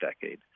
decade